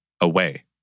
away